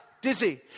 dizzy